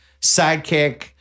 sidekick